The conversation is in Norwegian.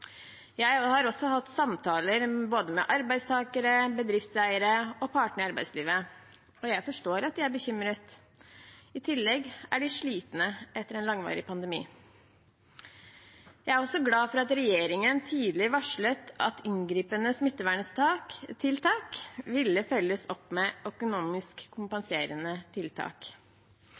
Jeg har også hatt samtaler med både arbeidstakere, bedriftseiere og partene i arbeidslivet, og jeg forstår at de er bekymret. I tillegg er de slitne etter en langvarig pandemi. Jeg er også glad for at regjeringen tidlig varslet at inngripende smitteverntiltak ville følges opp med kompenserende økonomiske tiltak.